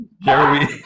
Jeremy